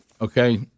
Okay